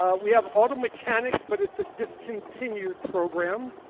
ah we have auto mechanics, but it's a discontinued program.